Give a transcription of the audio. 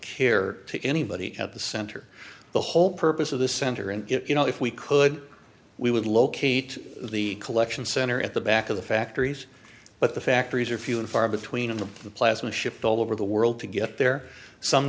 care to anybody at the center the whole purpose of the center and you know if we could we would locate the collection center at the back of the factories but the factories are few and far between and the plasma shipped all over the world to get there